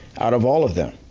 out of all of them,